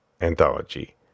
anthology